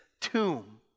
tomb